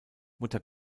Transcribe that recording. mutter